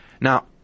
Now